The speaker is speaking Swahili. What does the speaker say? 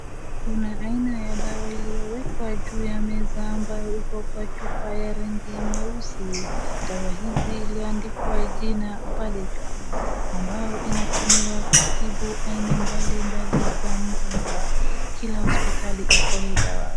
Kuna aina ya dawa iliyowekwa juu ya meza ambayo iko kwa chupa ya rangi meusi, dawa hizi iliyoandikwa jina Balijaam ambayo inatumiwa kutibu aina mbalimbali za magonjwa, kila hosiptali iko hii dawa.